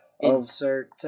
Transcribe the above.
insert